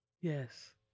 Yes